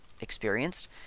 experienced